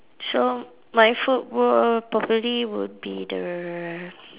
so my food will probably would be the